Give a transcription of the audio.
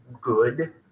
good